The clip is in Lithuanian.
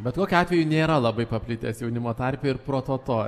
bet kokiu atveju nėra labai paplitęs jaunimo tarpe ir prototo